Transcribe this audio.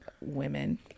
women